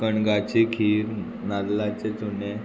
कणंगाची खीर नाल्लाचें चुणें